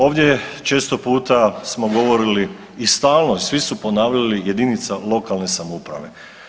Ovdje često puta smo govorili i stalno, svi su ponavljali, jedinica lokalne samouprave.